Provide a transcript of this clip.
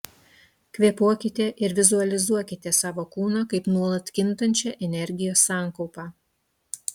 kvėpuokite ir vizualizuokite savo kūną kaip nuolat kintančią energijos sankaupą